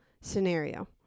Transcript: scenario